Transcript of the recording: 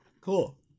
cool